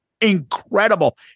incredible